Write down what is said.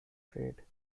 trade